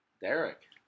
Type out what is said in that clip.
Derek